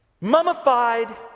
mummified